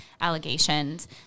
allegations